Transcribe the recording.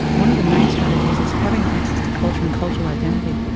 one of the main strategies is having access to culture and cultural identity.